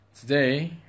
Today